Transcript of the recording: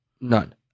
None